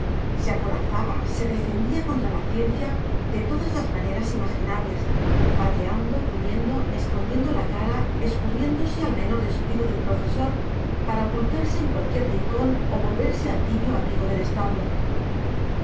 se acorazaba se defendía contra la ciencia de todas las maneras imaginables pateando gruñendo escondiendo la cara escurriéndose al menor descuido del profesor para ocultarse en cualquier rincón o volverse al tibio abrigo del establo